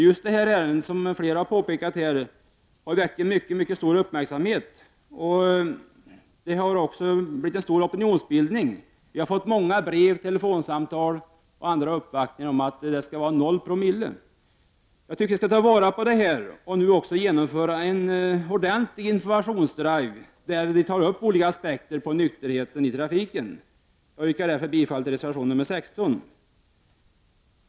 Just det här ärendet som vi nu behandlar har ju väckt stor uppmärksamhet och även stor opinionsbildning har förekommit. Vi har fått många brev och telefonsamtal om nollpromillegränsen. Det här bör vi ta fasta på och genomföra en ordentlig informationsdrive där olika aspekter på nykterhet i trafiken behandlas. Jag yrkar därför bifall till reservation nr 16.